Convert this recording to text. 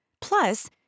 Plus